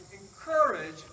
encourage